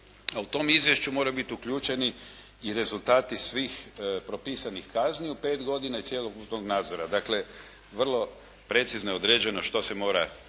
u tom izvješću moraju biti uključeni i rezultati svih propisanih kazni u 5 godina i cjelokupnog nadzora. Dakle, vrlo precizno i određeno što se mora